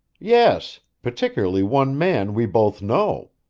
yes particularly one man we both know.